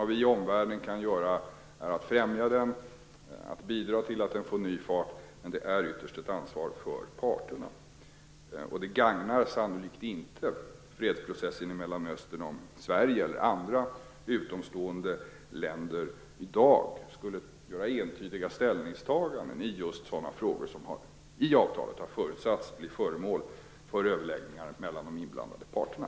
Vad vi i omvärlden kan göra är att främja den, att bidra till att den får ny fart, men det är ytterst ett ansvar för parterna. Det gagnar sannolikt inte fredsprocessen i Mellanöstern om Sverige eller andra utomstående länder i dag skulle göra entydiga ställningstaganden i just sådana frågor som i avtalet har förutsatts bli föremål för överläggningar mellan de inblandade parterna.